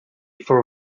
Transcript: for